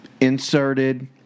inserted